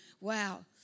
wow